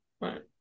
right